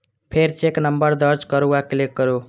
फेर check number दर्ज करू आ क्लिक करू